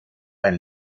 ein